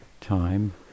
time